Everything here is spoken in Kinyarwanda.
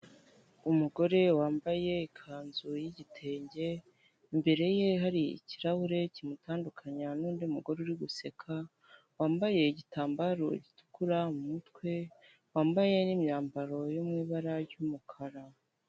Umugore wambaye ikanzu y'igitenge imbere ye hari ikirahure kimutandukanya n'undi mugore uri guseka wambaye igitambaro gitukura mu mutwe wambaye n'imyambaro yo mu ibara ry'umukara.